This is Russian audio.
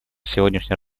сегодняшней